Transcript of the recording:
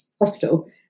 hospital